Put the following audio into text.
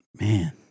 man